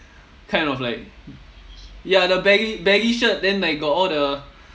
kind of like ya the baggy baggy shirt then like got all the